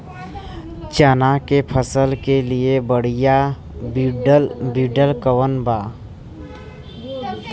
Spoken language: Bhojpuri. चना के फसल के लिए बढ़ियां विडर कवन ह?